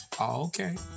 Okay